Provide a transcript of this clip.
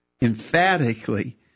emphatically